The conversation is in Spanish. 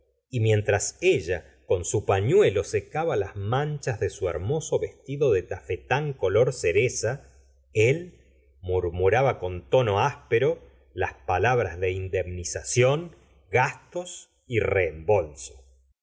y mientras ella con su pañuelo secaba las manchas de su hermoso vestido de tafatán color cereza él murmuraba con tono éspero las palabras de indemnización gastos y